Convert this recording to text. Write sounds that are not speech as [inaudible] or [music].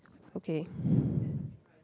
okay [breath]